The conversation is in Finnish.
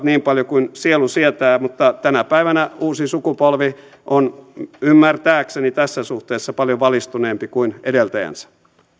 niin paljon kuin sielu sietää mutta tänä päivänä uusi sukupolvi on ymmärtääkseni tässä suhteessa paljon valistuneempi kuin edeltäjänsä